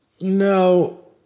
No